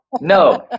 No